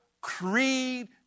creed